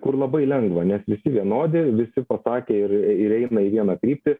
na kur labai lengva nes visi vienodi visi apakę ir ir eina į vieną kryptį